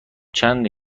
چند